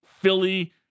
Philly